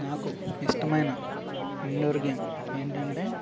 నాకు ఇష్టమైన indoor game ఏమిటి అంటే